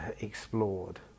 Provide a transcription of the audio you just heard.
explored